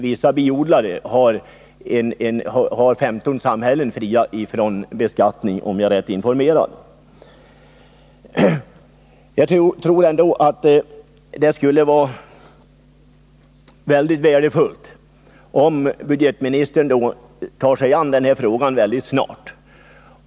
Vissa biodlare, som har 15 samhällen, är fria från beskattning, om jag är rätt informerad. Det skulle vara värdefullt om budgetministern tar sig an frågan mycket snart.